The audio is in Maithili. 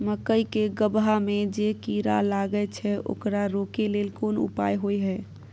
मकई के गबहा में जे कीरा लागय छै ओकरा रोके लेल कोन उपाय होय है?